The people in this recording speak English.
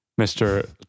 Mr